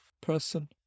person